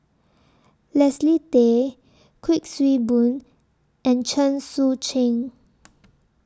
Leslie Tay Kuik Swee Boon and Chen Sucheng